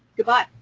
goodbye.